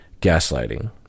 gaslighting